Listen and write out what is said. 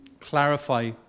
clarify